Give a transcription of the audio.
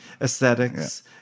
Aesthetics